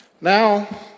Now